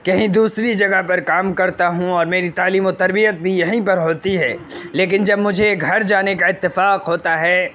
کہیں دوسری جگہ پر کام کرتا ہوں اور میری تعلیم و تربیت بھی یہیں پہ ہوتی ہے لیکن جب مجھے گھر جانے کا اتفاق ہوتا ہے